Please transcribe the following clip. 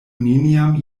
neniam